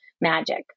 magic